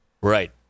Right